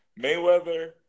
Mayweather